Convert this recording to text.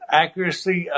accuracy